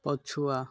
ପଛୁଆ